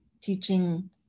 teaching